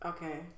Okay